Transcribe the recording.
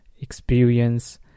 experience